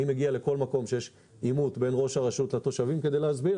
אני מגיע לכל מקום שיש בו עימות בין ראש הרשות לתושבים כדי להסביר,